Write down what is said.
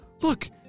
look